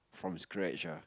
from scratch ah